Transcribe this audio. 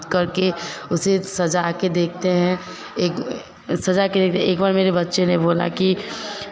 करके उसे सजा के देखते हैं एक सजा के देख एक बार मेरे बच्चे ने बोला कि